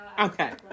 Okay